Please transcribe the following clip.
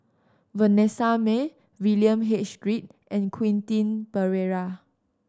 Vanessa Mae William H Read and Quentin Pereira